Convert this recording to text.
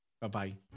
Bye-bye